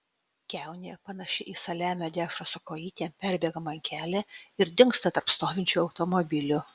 kiaunė panaši į saliamio dešrą su kojytėm perbėga man kelią ir dingsta tarp stovinčių automobilių